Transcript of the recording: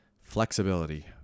flexibility